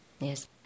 Yes